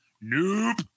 Nope